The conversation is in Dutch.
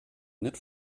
net